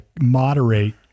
moderate